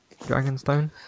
Dragonstone